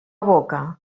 boca